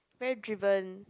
very driven